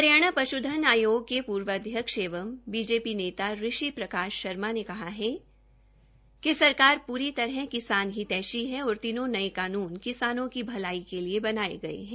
हरियाणा पश्ध्न आयोग के पूर्व अध्यक्ष एवं बीजेपी नेता ऋषि प्रकाश शर्मा ने कहा है कि सरकार पूरी तरह किसान हितैषी है और तीनों नये कानून किसानों की भलाई के लिए बनाये गये है